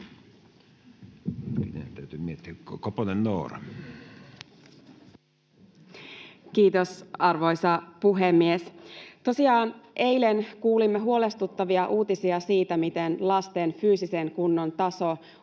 Kiitos, arvoisa puhemies! Tosiaan eilen kuulimme huolestuttavia uutisia siitä, miten lasten fyysisen kunnon taso